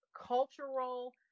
cultural